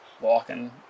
walking